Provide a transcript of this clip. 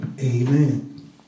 amen